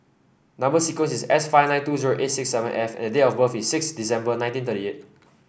number sequence is S five nine two zero eight six seven F and date of birth is six December nineteen thirty eight